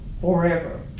forever